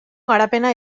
garapena